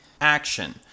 action